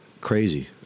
crazy